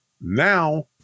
Now